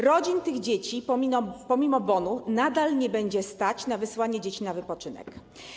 Rodzin tych dzieci pomimo bonu nadal nie będzie stać na wysłanie dzieci na wypoczynek.